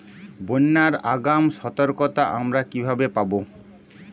বন্যার আগাম সতর্কতা আমরা কিভাবে পাবো?